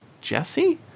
Jesse